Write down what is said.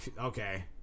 okay